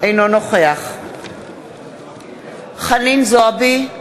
אינו נוכח חנין זועבי,